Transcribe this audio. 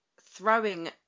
throwing –